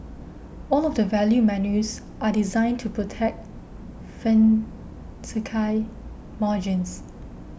all of the value menus are designed to protect margins